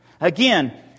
Again